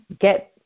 get